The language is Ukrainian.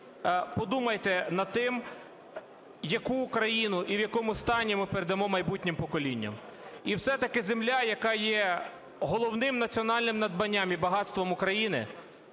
подумайте над тим, яку Україну і в якому стані ми передамо майбутнім поколінням. І все-таки земля, яка є головним національним надбанням і багатством України,